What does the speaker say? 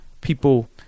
People